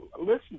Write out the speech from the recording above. listen